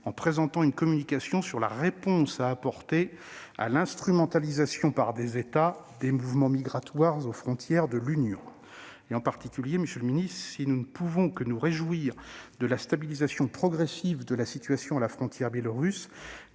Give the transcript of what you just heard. en présentant une communication sur la réponse à apporter à l'instrumentalisation par des États des mouvements migratoires aux frontières de l'Union. En particulier, monsieur le secrétaire d'État, si nous ne pouvons que nous réjouir de la stabilisation progressive de la situation à la frontière biélorusse,